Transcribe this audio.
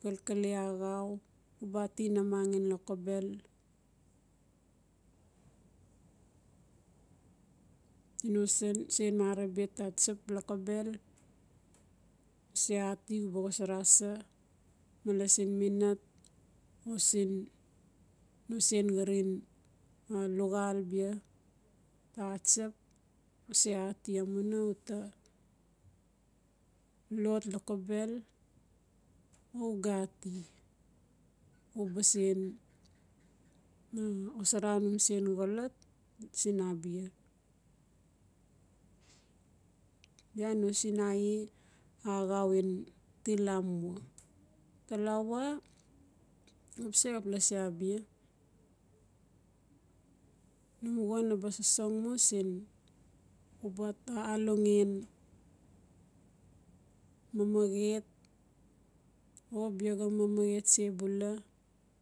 xalkale axau uba ati namang ngen lokobel no san sen marabia ta tsap lokobel se at uba xosara sa male sin minat o siin no sen xarin luxal bia taxa tsap use ati mauina uta lot lokobel o uga ati uba sen xosara num sen xolot siin abia bia no sinaiie naba sosong mu siin uba ta alongen mamaxet o biaxa mamexet sebula